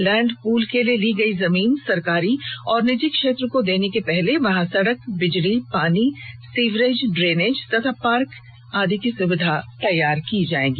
land pool के लिए ली गई जमीन सरकारी और निजी क्षेत्रों को देने के पहले वहां सड़क बिजली पानी सीवरेज ड्रेनेज तथा पार्क आदि की सुविधा तैयार की जाएगी